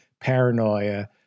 paranoia